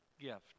gift